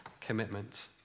commitment